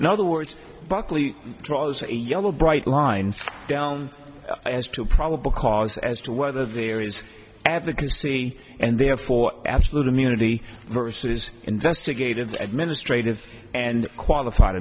in other words buckley draws a yellow bright line down as to probable cause as to whether there is advocacy and therefore absolute immunity versus investigative administrative and qualified